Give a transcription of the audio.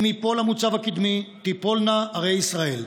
אם ייפול המוצב הקדמי, תיפולנה ערי ישראל.